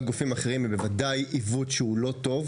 גופים אחרים היא בוודאי עיוות שהוא לא טוב.